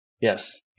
Yes